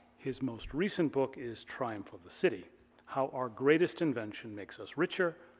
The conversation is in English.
his most recent book is triumph of the city how our greatest invention makes us richer,